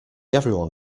everyone